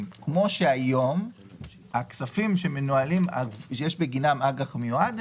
כמו שהם מנוהלים היום שיש בגינם אג"ח מיועד.